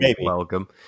welcome